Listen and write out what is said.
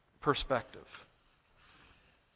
perspective